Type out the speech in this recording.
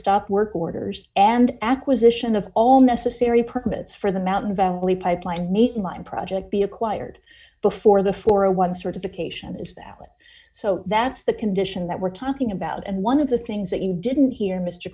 stop work orders and acquisition of all necessary permits for the mountain valley pipeline meeting line project be acquired before the for a one certification is that so that's the condition that we're talking about and one of the things that you didn't hear mr